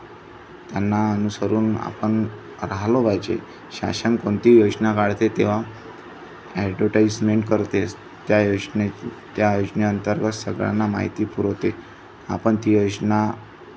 त्यांना अनुसरून आपण राहलो पाहिजे शासन कोणती योजना काढते तेव्हा ॲडवटाईजमेंट करते त्या योजने त्या योजनेअंतर्गत सगळ्यांना माहिती पुरवते आपण ती योजना